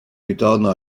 ritorno